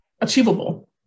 achievable